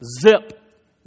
Zip